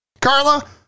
Carla